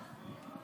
עודד, לא שומעים.